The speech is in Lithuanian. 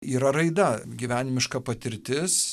yra raida gyvenimiška patirtis